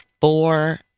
four